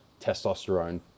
testosterone